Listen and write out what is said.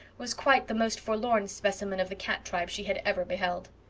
was quite the most forlorn specimen of the cat tribe she had ever beheld.